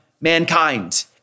mankind